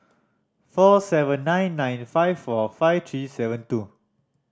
four seven nine nine five four five three seven two